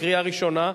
לקריאה ראשונה,